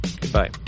goodbye